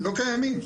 לא קיימים.